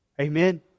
Amen